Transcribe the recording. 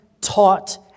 taught